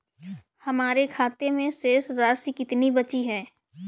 हमारे खाते में शेष राशि कितनी बची है?